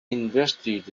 invested